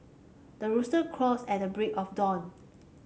the rooster crows at the break of dawn